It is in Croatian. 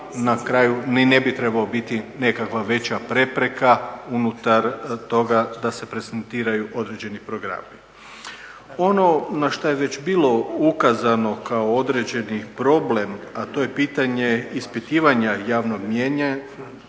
na kraju ni ne bi trebao biti nekakva veća prepreka unutar toga da se prezentiraju određeni programi. Ono na što je već bilo ukazano kao određeni problem, a to je pitanje ispitivanja javnog mijenja